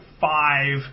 five